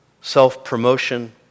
self-promotion